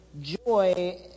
joy